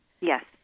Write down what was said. Yes